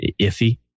iffy